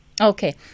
Okay